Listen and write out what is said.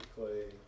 Clay